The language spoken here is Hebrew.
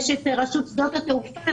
יש את רשות שדות התעופה.